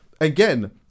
again